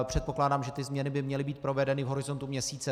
Předpokládám, že ty změny by měly být provedeny v horizontu měsíce.